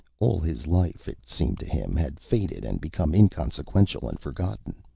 all his life, it seemed to him, had faded and become inconsequential and forgotten,